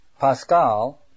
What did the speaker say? Pascal